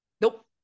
Nope